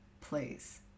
please